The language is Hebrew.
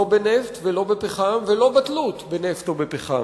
לא בנפט ולא בפחם ולא בתלות בנפט או בפחם.